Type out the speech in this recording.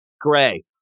Gray